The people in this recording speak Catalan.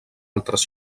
altres